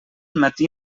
matí